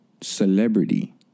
Celebrity